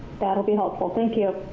that'll be helpful. thank you.